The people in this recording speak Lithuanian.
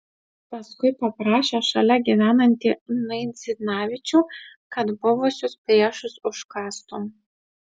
paskui paprašė šalia gyvenantį naidzinavičių kad buvusius priešus užkastų